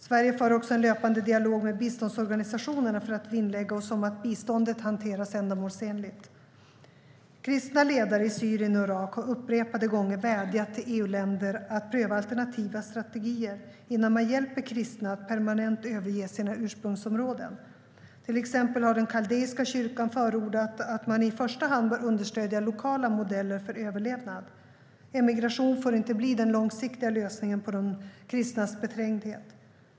Sverige för också en löpande dialog med biståndsorganisationerna för att vinnlägga oss om att biståndet hanteras ändamålsenligt. Kristna ledare i Syrien och Irak har upprepade gånger vädjat till EU-länder att pröva alternativa strategier innan man hjälper kristna att permanent överge sina ursprungsområden. Till exempel har den kaldeiska kyrkan förordat att man i första hand bör understödja lokala modeller för överlevnad. Emigration får inte bli den långsiktiga lösningen på de kristnas beträngdhet.